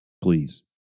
Please